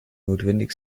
notwendig